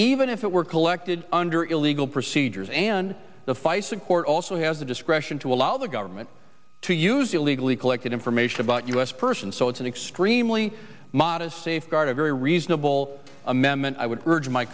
even if it were collected under illegal procedures and the fights in court also has the discretion to allow the government to use illegally collected information about u s persons so it's an extremely modest safeguard a very reasonable amendment i would urge my